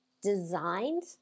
designed